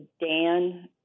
Dan